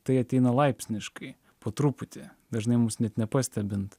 tai ateina laipsniškai po truputi dažnai mums net nepastebint